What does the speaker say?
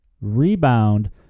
rebound